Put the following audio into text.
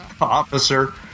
officer